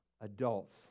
adults